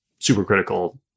supercritical